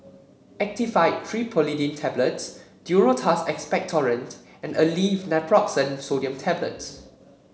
Actifed Triprolidine Tablets Duro Tuss Expectorant and Aleve Naproxen Sodium Tablets